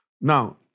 Now